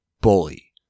bully